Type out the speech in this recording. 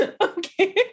Okay